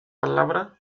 palabra